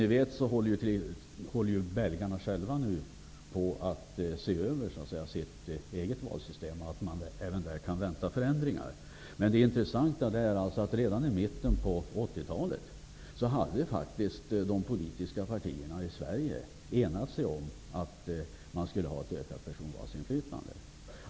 Nu håller belgarna själva på att se över sitt valsystem, och man kan vänta förändringar. Men det intressanta är att redan i mitten av 80-talet hade faktiskt de politiska partierna i Sverige enats om ett ökat personvalsinflytande.